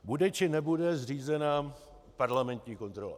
Bude, či nebude zřízena parlamentní kontrola.